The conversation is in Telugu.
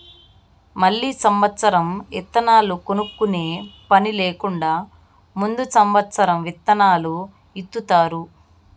మళ్ళీ సమత్సరం ఇత్తనాలు కొనుక్కునే పని లేకుండా ముందు సమత్సరం ఇత్తనాలు ఇత్తుతారు